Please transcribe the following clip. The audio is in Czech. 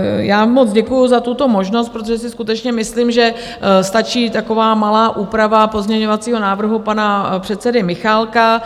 Já moc děkuju za tuto možnost, protože si skutečně myslím, že stačí taková malá úprava pozměňovacího návrhu pana předsedy Michálka.